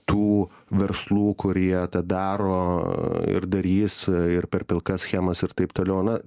tų verslų kurie tą daro ir darys ir per pilkas schemas ir taip toliau na